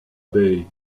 bay